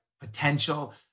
potential